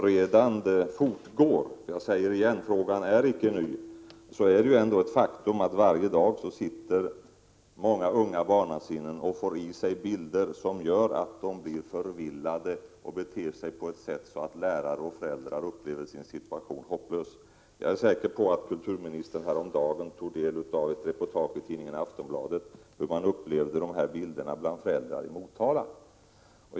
Medan hela denna procedur med utredande fortgår är det ett faktum att varje dag sitter många barn och får i sig bilder som gör att de blir förvillade och beter sig på ett sådant sätt att lärare och föräldrar upplever sin situation som hopplös. Jag är säker på att kulturministern tog del av ett reportage i tidningen Aftonbladet häromdagen om hur man bland föräldrar i Motala upplevde dessa bilder.